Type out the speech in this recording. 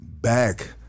Back